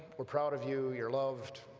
we're proud of you, you're loved,